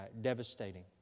devastating